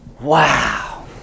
Wow